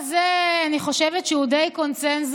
אני חושבת שהחוק הזה הוא די קונסנזוס,